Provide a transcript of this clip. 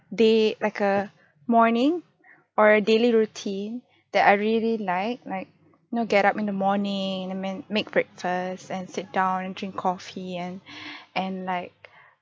day like a morning or a daily routine that I really like like know get up in the morning and I mean make breakfast and sit down and drink coffee and and like